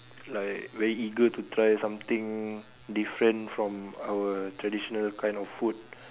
like very eager to try something different from our traditional kind of food